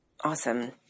Awesome